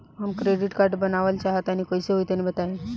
हम credit card बनवावल चाह तनि कइसे होई तनि बताई?